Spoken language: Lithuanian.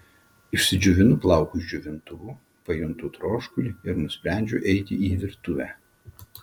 išsidžiovinu plaukus džiovintuvu pajuntu troškulį ir nusprendžiu eiti į virtuvę